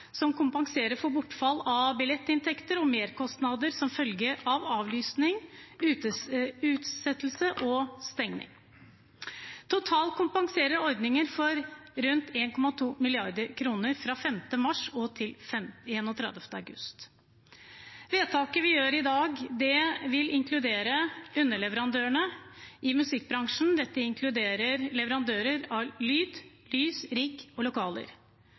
som kompenserer for bortfall av billettinntekter og merkostnader som følge av avlysning, utsettelse og stengning. Totalt kompenserer ordningene for rundt 1,2 mrd. kr fra 5. mars til 31. august. Vedtaket vi gjør i dag, vil inkludere underleverandørene i musikkbransjen. Dette inkluderer leverandører av lyd, lys, rigg og lokaler.